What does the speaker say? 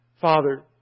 Father